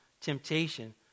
temptation